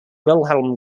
wilhelm